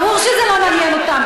ברור שזה לא מעניין אותם,